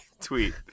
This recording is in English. tweet